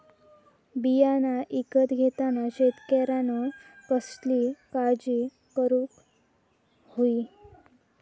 बियाणा ईकत घेताना शेतकऱ्यानं कसली काळजी घेऊक होई?